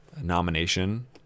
nomination